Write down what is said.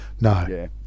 No